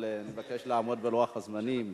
אבל אני מבקש לעמוד בלוח הזמנים,